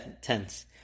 tense